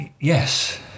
Yes